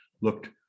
looked